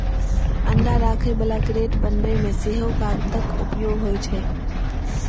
अंडा राखै बला क्रेट बनबै मे सेहो कागतक उपयोग होइ छै